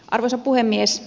arvoisa puhemies